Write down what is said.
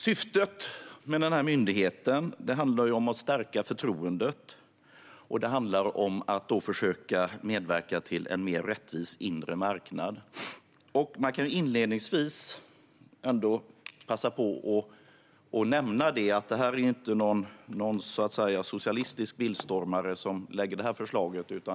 Syftet med myndigheten är att stärka förtroendet och att försöka medverka till en mer rättvis inre marknad. Jag kan inledningsvis passa på att nämna att det inte är någon socialistisk bildstormare som lägger fram det här förslaget.